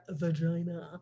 vagina